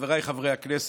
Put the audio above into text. חבריי חברי הכנסת,